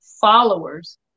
followers